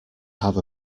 have